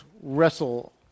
wrestle